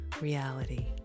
reality